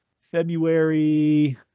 february